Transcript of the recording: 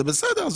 בסדר,